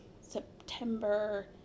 September